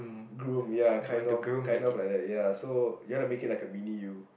groom ya kind of kind of like that ya so you wanna make it like a mini you